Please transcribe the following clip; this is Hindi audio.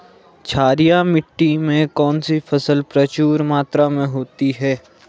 क्षारीय मिट्टी में कौन सी फसल प्रचुर मात्रा में होती है?